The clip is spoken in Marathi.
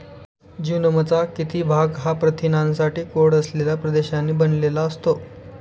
जीनोमचा किती भाग हा प्रथिनांसाठी कोड असलेल्या प्रदेशांनी बनलेला असतो?